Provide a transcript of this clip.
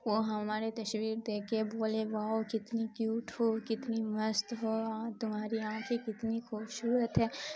وہ ہمارے تصویر دیکھ کے بولے باؤ کتنی کیوٹ ہو کتنی مست ہو اور تمہاری آنکھ کی کتنی خوبصورت ہے